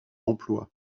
emploi